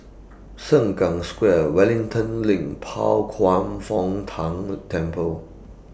Sengkang Square Wellington LINK Pao Kwan Foh Tang Temple